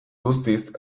guztiz